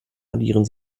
addieren